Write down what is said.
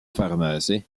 pharmacie